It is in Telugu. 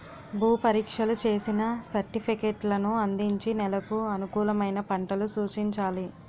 భూ పరీక్షలు చేసిన సర్టిఫికేట్లను అందించి నెలకు అనుకూలమైన పంటలు సూచించాలి